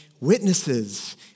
witnesses